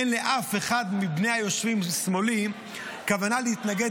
אין לאף אחד מבני היושבים לשמאלי כוונה להתנגד